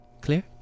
Clear